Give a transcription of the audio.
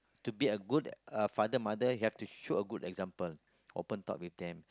to be a good a father mother you have a to showed a good example open talk with them